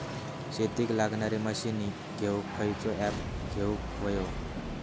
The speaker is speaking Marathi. शेतीक लागणारे मशीनी घेवक खयचो ऍप घेवक होयो?